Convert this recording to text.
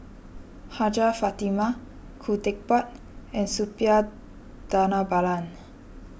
Hajjah Fatimah Khoo Teck Puat and Suppiah Dhanabalan